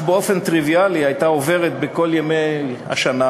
באופן טריוויאלי הייתה עוברת בכל ימי השנה,